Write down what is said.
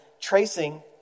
tracing